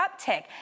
uptick